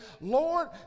Lord